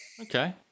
Okay